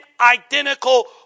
identical